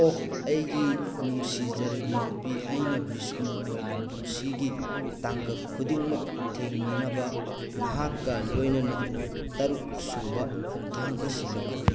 ꯑꯣ ꯑꯩꯒꯤ ꯅꯨꯡꯁꯤꯖꯔꯕꯤ ꯅꯨꯄꯤ ꯑꯩꯅ ꯚꯤꯁꯅꯨ ꯑꯣꯏꯅ ꯄꯨꯟꯁꯤꯒꯤ ꯇꯥꯡꯀꯛ ꯈꯨꯗꯤꯡꯃꯛ ꯊꯦꯡꯅꯅꯕ ꯅꯍꯥꯛꯀ ꯂꯣꯏꯅꯅ ꯇꯔꯨꯛ ꯁꯨꯕ ꯈꯣꯡꯊꯥꯡ ꯑꯁꯤ ꯂꯧꯈꯠꯂꯤ